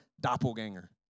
doppelganger